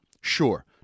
sure